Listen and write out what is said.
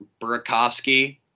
Burakovsky